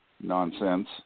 nonsense